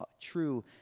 true